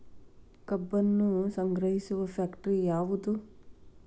ಕಬ್ಬನ್ನು ಸಂಗ್ರಹಿಸುವ ಫ್ಯಾಕ್ಟರಿ ಯಾವದು?